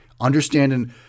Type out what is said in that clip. understanding